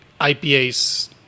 IPAs